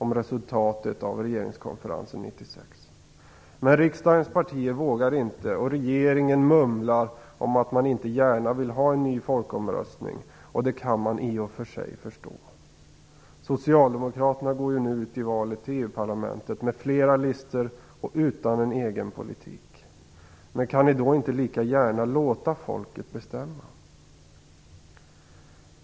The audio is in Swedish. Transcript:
Men riksdagens partier vågar inte och regeringen mumlar om att man inte gärna vill ha en ny folkomröstning. Det kan man i och för sig förstå. Socialdemokraterna går ju nu ut i valet till EU-parlamentet med flera listor och utan en egen politik. Men kan ni då inte lika gärna låta folket bestämma?